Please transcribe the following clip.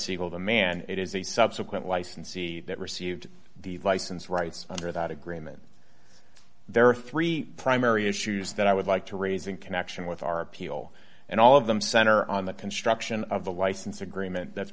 siegel the man it is the subsequent licensee that received the license rights under that agreement there are three primary issues that i would like to raise in connection with our appeal and all of them center on the construction of the license agreement that's